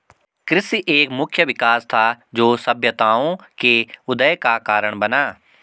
कृषि एक मुख्य विकास था, जो सभ्यताओं के उदय का कारण बना